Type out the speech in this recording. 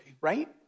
right